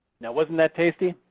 now wasn't that tasty?